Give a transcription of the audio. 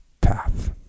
path